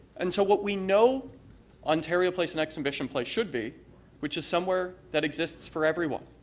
and so what we know ontario place and exhibition place should be which is somewhere that exists for everyone.